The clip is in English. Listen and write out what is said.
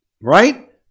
right